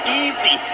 easy